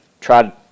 try